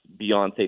Beyonce